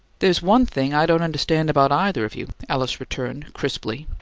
there's one thing i don't understand about either of you, alice returned, crisply.